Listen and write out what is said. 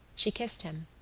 she kissed him.